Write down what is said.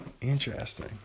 Interesting